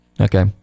Okay